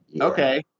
Okay